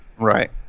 Right